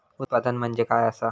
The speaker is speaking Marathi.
उत्पादन म्हणजे काय असा?